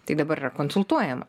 tai dabar yra konsultuojama